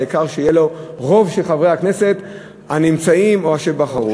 והעיקר שיהיה לו רוב של חברי הכנסת הנמצאים או אלה שבחרו.